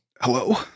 Hello